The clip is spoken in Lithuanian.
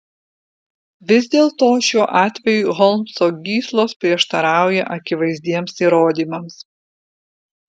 vis dėlto šiuo atveju holmso gyslos prieštarauja akivaizdiems įrodymams